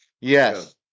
Yes